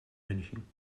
münchen